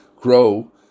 grow